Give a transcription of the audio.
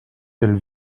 elle